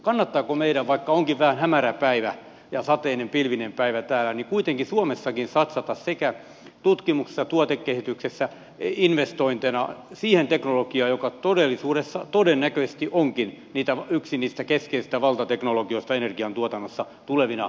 kannattaako meidän vaikka onkin vähän hämärä päivä ja sateinen pilvinen päivä täällä kuitenkin suomessakin satsata sekä tutkimuksessa että tuotekehityksessä investointina siihen teknologiaan joka todellisuudessa todennäköisesti onkin yksi keskeisistä valtateknologioista energiantuotannossa tulevina vuosikymmeninä